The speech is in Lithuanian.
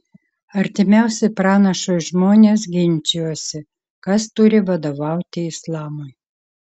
artimiausi pranašui žmonės ginčijosi kas turi vadovauti islamui